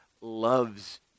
loves